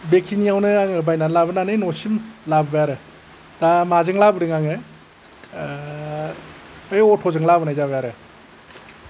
बेखिनियावनो आङो बायनानै लाबोनानै न'सिम लाबोबाय आरो दा माजों लाबोदों आङो बे अट'जों लाबोनाय जाबाय आरो